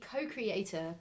co-creator